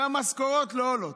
שהמשכורות לא עולות.